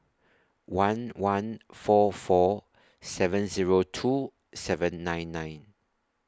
one one four four seven Zero two seven nine nine